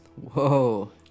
Whoa